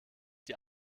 die